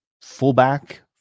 fullback